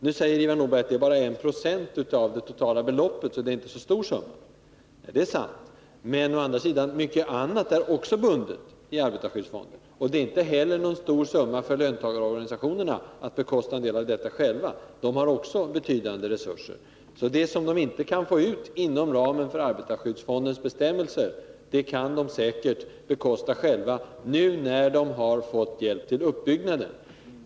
Nu säger Ivar Nordberg att det är bara 1 96 av det totala beloppet, så det är inte så stor summa. Nej, det är sant, men å andra sidan är mycket annat också bundet i arbetarskyddsfonden, och det är inte heller någon stor summa för löntagarorganisationerna själva. De har också betydande resurser. Vad de inte kan få ut inom ramen för arbetarskyddsfondens bestämmelser kan de säkert bekosta själva, nu när de har fått hjälp till uppbyggnaden.